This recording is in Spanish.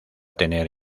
tener